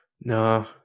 No